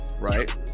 right